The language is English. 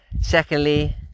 Secondly